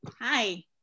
Hi